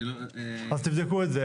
אז תבדקו את זה.